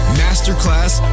masterclass